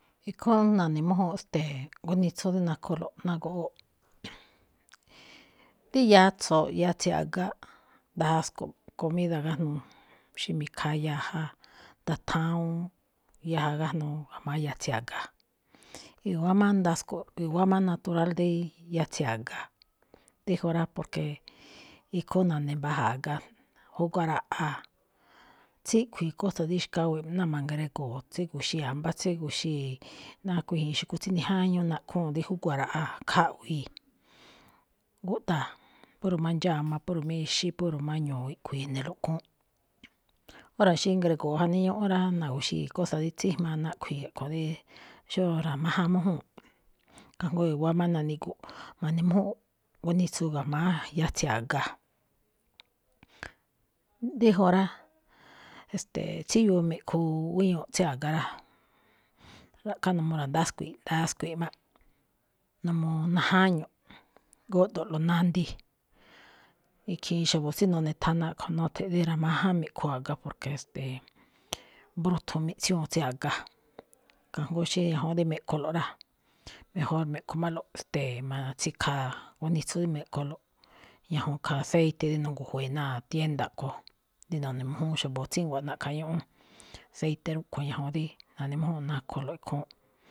Ikhúún na̱ne̱mújúnꞌ, ste̱e̱, gunitsu rí nakholo̱ꞌ ná goꞌwóꞌ. dí yatso̱, yatsi̱i a̱ga ndasko̱ꞌ comida gájnuu, xí mi̱khaa yaja, ndathawuun yaja gájnuu ga̱jma̱á yatsi̱i a̱ga. I̱wa̱á má ndasko̱ꞌ, i̱wa̱á má natural díí yatsi̱i a̱ga. Díjun rá, porque ikhúún na̱ne̱mbaja̱a̱ a̱ga, júguaraꞌaa̱, tsíꞌkhui̱i̱ cosa dí xkawe̱ ná ma̱ꞌgrego̱o̱ꞌ, tsígu̱xii̱ ambá, tsígu̱xii̱ ná kuíji̱in xu̱kú tsí nijáñúú naꞌkhúu̱n dí juguaraꞌaa̱. Khaꞌwii̱ gúꞌdaa̱, puro má ndxáma, puro má ixí, puro má ñu̱u̱ iꞌkhui̱i̱ e̱ne̱lo̱ꞌ khúúnꞌ. Ora̱ xí ngrego̱o̱ janíí ñúꞌún rá, na̱gu̱xii̱ cosa dí tsíjmaa naꞌkhui̱i̱, a̱ꞌkho̱ díí xóó ra̱máján mújúu̱nꞌ, kajngó i̱wa̱á má na̱ni̱gu̱ꞌ ma̱ne̱mújúnꞌ gunitsu ga̱jma̱á yatsi̱i a̱ga. Déjon ra, e̱ste̱e̱, tsíyuu mi̱ꞌkhuu guíñuꞌ tsí a̱ga rá, ra̱ꞌkhá n uu ra̱ndaśkui̱i̱ꞌ, ndaskui̱i̱ꞌ máꞌ, n uu najáñuꞌ, gúꞌdo̱lo̱ꞌ nandii. Ikhiin xa̱bo̱ tsí nune̱thana kho̱ꞌ nuthenꞌ rí ra̱máján mi̱ꞌkhuu a̱ga porque, e̱ste̱e̱, mbrúthun miꞌtsiúun tsí a̱ga, kajngó xí dí ñajuun rí me̱ꞌkholo̱ꞌ rá, mejor me̱ꞌkhomálo̱ꞌ, ste̱e̱, matsi̱kha̱a̱ gunitsu rí me̱ꞌkholo̱ꞌ ñajuun khaa aceite dí nu̱ngujwe̱e̱ náa tienda kho̱, dí none̱mújúún xa̱bo̱ tsíngua̱ꞌ na̱ꞌkha̱ ñúꞌún, séite rúꞌkhue̱n ñajuun dí na̱ne̱méjúnꞌ nakholo̱ꞌ ikhúúnꞌ.